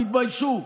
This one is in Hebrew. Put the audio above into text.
תתביישו.